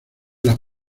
las